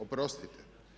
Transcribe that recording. Oprostite.